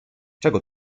czego